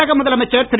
தமிழக முதலமைச்சர் திரு